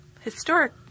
historic